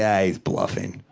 yeah he's bluffing.